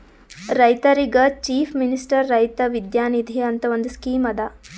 ರೈತರಿಗ್ chief minister Raitha Vidya Nidhi ಅಂತ್ ಒಂದ್ ಸ್ಕೀಮ್ ಅದಾ